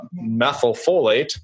methylfolate